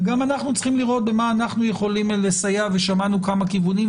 גם אנחנו צריכים לראות במה אנחנו יכולים לסייע ושמענו כמה כיוונים.